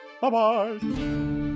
Bye-bye